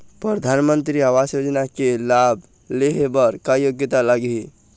परधानमंतरी आवास योजना के लाभ ले हे बर का योग्यता लाग ही?